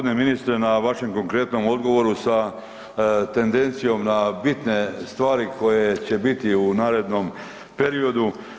Hvala g. ministre na vašem konkretnom odgovoru sa tendencijom na bitne stvari koje će biti u narednom periodu.